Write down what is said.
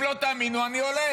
אם לא תאמינו, אני הולך.